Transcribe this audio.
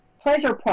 pleasure